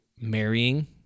marrying